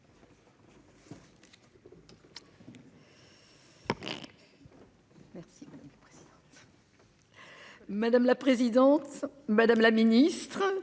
Madame la présidente, madame la ministre.